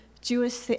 Jewish